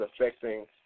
affecting